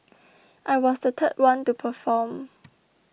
I was the third one to perform